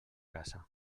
casa